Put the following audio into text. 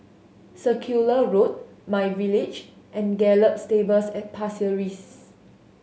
Circular Road myVillage and Gallop Stables at Pasir Ris